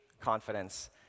confidence